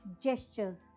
gestures